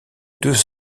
deux